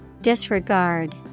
Disregard